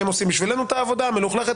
הם עושים בשבילנו את העבודה המלוכלכת.